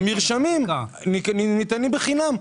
המרשמים ניתנים בחינם.